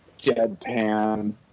deadpan